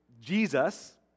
Jesus